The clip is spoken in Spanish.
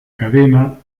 cadena